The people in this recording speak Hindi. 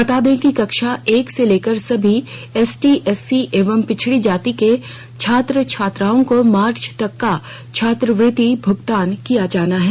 बता दें कि कक्षा एक से लेकर सभी एसटी एससी एवं पिछड़ी जाति के छात्र छात्राओं को मार्च तक का छात्रवृत्ति भुगतान किया जाना है